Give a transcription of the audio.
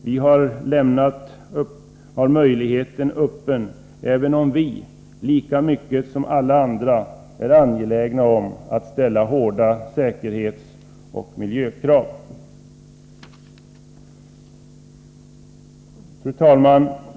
Vi håller möjligheten öppen — även om vi, lika mycket som alla andra, är angelägna om att ställa hårda säkerhetsoch miljökrav. Fru talman!